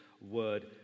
word